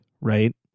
right